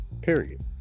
period